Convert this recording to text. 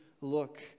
Look